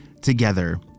together